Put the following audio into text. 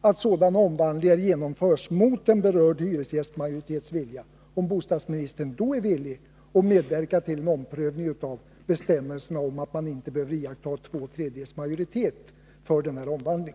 att sådana omvandlingar genomförs mot en berörd hyresgästmajoritets vilja, är bostadsministern då villig att medverka till en omprövning av bestämmelserna om att man inte behöver iaktta två tredjedelars majoritet för denna omvandling?